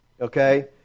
okay